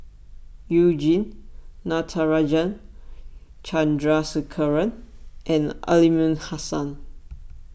You Jin Natarajan Chandrasekaran and Aliman Hassan